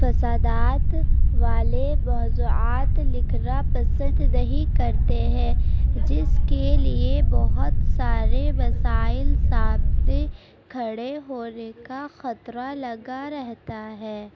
فسادات والے موضوعات لکھنا پسند نہیں کرتے ہیں جس کے لیے بہت سارے مسائل سامنے کھڑے ہونے کا خطرہ لگا رہتا ہے